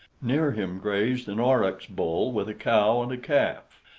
near him grazed an aurochs bull with a cow and a calf,